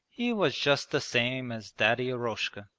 he was just the same as daddy eroshka.